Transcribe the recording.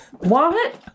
wallet